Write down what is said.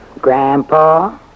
Grandpa